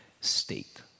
state